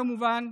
כמובן,